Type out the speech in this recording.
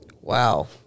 Wow